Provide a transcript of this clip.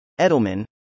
Edelman